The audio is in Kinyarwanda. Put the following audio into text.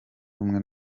rumwe